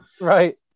Right